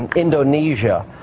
and indonesia